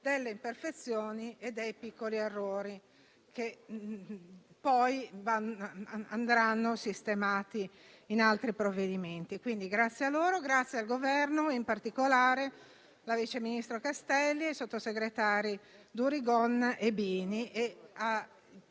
delle imperfezioni e dei piccoli errori che poi andranno sistemati in altri provvedimenti. Ringrazio il Governo, in particolare il vice ministro Castelli e i sottosegretari Durigon e Bini.